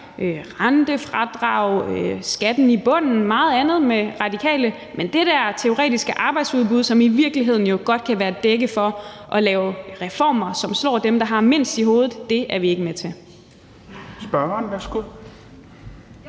rentefradrag, skatten i bunden og meget andet med Radikale, men det der teoretiske arbejdsudbud, som jo i virkeligheden godt kan være et dække for at lave reformer, som slår dem, der har mindst, i hovedet, er vi ikke med til.